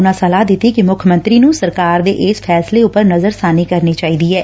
ਉਨੂਾ ਸਲਾਹ ਦਿੱਤੀ ਕਿ ਮੁੱਖ ਮੰਤਰੀ ਨੁੰ ਸਰਕਾਰ ਦੇ ਇਸ ਫੈਸਲੇ ਉਪਰ ਨਜ਼ਰਸਾਨੀ ਕਰਨੀ ਚਾਹੀਦੀ ਏ